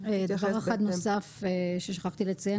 דבר אחד נוסף ששכחתי לציין,